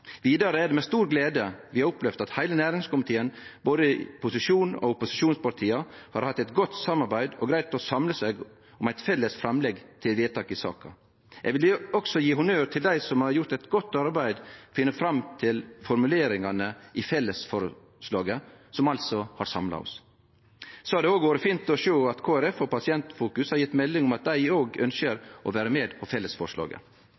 Vidare er det med stor glede vi har opplevd at heile næringskomiteen, både posisjons- og opposisjonspartia, har hatt eit godt samarbeid og greidd å samle seg om eit felles framlegg til vedtak i saka. Eg vil også gje honnør til dei som har gjort eit godt arbeid med å finne fram til formuleringane i fellesforslaget, som altså har samla oss. Det har vore fint å sjå at Kristeleg Folkeparti og Pasientfokus har gjeve melding om at dei òg ønskjer å vere med på fellesforslaget.